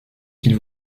qu’il